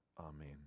Amen